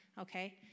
Okay